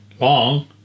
long